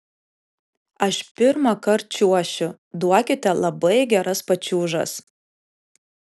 aš pirmąkart čiuošiu duokite labai geras pačiūžas